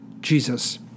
Jesus